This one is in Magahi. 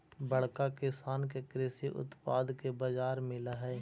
बड़का किसान के कृषि उत्पाद के बाजार मिलऽ हई